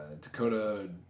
Dakota